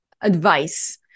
advice